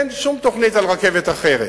אין שום תוכנית של רכבת אחרת.